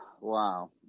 Wow